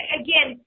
again